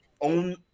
own